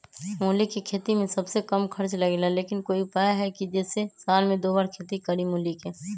मूली के खेती में सबसे कम खर्च लगेला लेकिन कोई उपाय है कि जेसे साल में दो बार खेती करी मूली के?